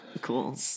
cool